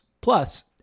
Plus